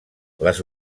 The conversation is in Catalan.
les